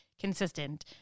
consistent